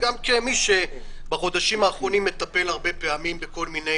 וגם כמי שבחודשים האחרונים מטפל הרבה פעמים בכל מיני